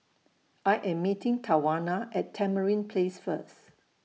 I Am meeting Tawanna At Tamarind Place First